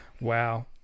Wow